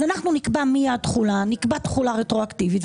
אנחנו נקבע מהי התחולה נקבע תחולה רטרואקטיבית,